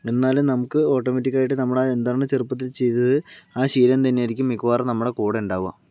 എന്നാലും നമുക്ക് ഓട്ടോമാറ്റിക് ആയിട്ട് നമ്മുടെ എന്താണോ ചെറുപ്പത്തിൽ ചെയ്തത് ആ ശീലം തന്നെയായിരിക്കും മിക്കവാറും നമ്മുടെ കൂടെ ഉണ്ടാവുക